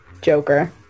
Joker